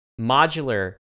modular